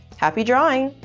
happy drawing!